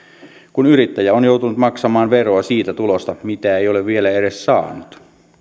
kun yrittäjä on joutunut maksamaan veroa siitä tulosta mitä ei ole vielä edes saanut